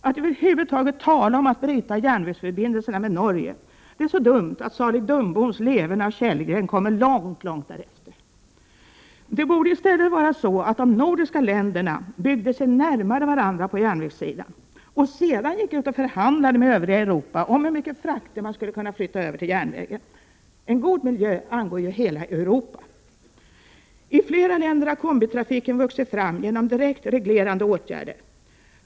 Att över huvud taget tala om att bryta järnvägsförbindelserna med Norge är så dumt att salig Dumboms leverne av Kellgren kommer långt, långt därefter. Det borde i stället vara så att de nordiska länderna byggde sig närmare varandra på järnvägssidan och sedan gick ut och förhandlade med övriga Europa om hur mycket frakter som skulle kunna flyttas över till järnvägen. En god miljö angår ju hela Europa. I flera länder har kombitrafiken vuxit fram genom direkt reglerande åtgärder.